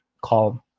call